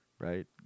right